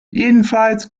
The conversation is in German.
jedenfalls